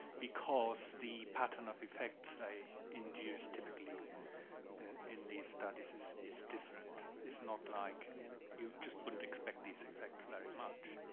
because the pattern of effects they induce typically in these studies is is different. it's not like you just wouldn't expect these effects very much,